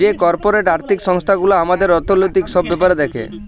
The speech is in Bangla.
যে কর্পরেট আর্থিক সংস্থান গুলা হামাদের অর্থনৈতিক সব ব্যাপার দ্যাখে